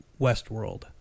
Westworld